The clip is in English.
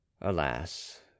alas